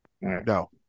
No